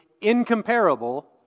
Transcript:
incomparable